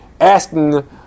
asking